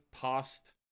past